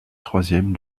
troisième